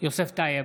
יוסף טייב,